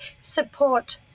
support